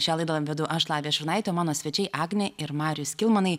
šią laidą vedu aš lavija šurnaitė mano svečiai agnė ir marius kilmanai